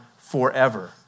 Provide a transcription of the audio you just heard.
forever